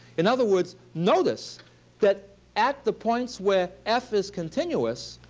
in other words, notice that at the points where f is continuous,